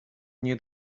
nie